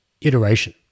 iteration